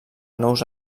nous